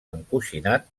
encoixinat